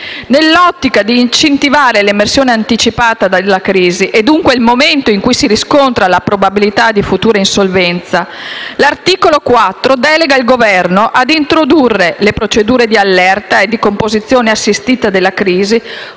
Nell'ottica di incentivare l'emersione anticipata dalla crisi e, dunque, il momento in cui si riscontra la probabilità di futura insolvenza, l'articolo 4 delega il Governo ad introdurre le procedure di allerta e di composizione assistita della crisi,